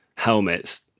helmets